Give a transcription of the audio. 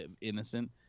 innocent